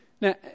Now